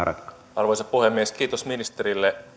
arvoisa puhemies kiitos ministerille